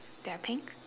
that are pink